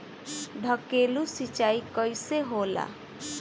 ढकेलु सिंचाई कैसे होला?